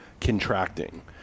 contracting